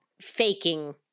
faking